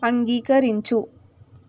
అంగీకరించు